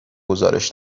گزارش